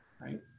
right